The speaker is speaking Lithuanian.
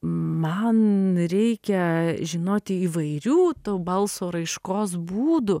man reikia žinoti įvairių to balso raiškos būdų